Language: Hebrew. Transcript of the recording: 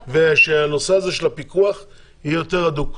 ושהנושא הזה של הפיקוח יהיה יותר הדוק.